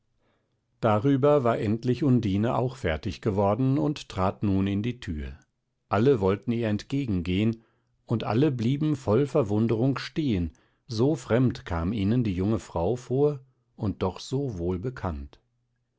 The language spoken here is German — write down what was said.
darüber war endlich undine auch fertig geworden und trat nun in die tür alle wollten ihr entgegengehn und alle blieben voll verwunderung stehen so fremd kam ihnen die junge frau vor und doch so